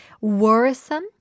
worrisome